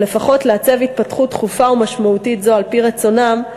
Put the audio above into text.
או לפחות לעצב התפתחות דחופה ומשמעותית זו על-פי רצונם,